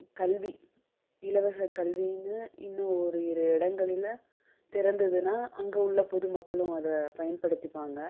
கல்வி இலவசக்கல்வின்னு இன்னும் ஒரு இரு இடங்களில திறந்துதுன்னா அங்கே உள்ள பொது மக்களும் அதை பயன்படுத்திப்பாங்க